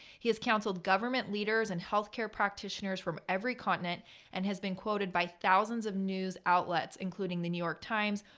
he has counseled government leaders and healthcare practitioners from every continent and has been quoted by thousands of news outlets, including the new york times,